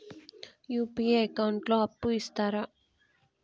UPI account లో అప్పు ఇస్తరా?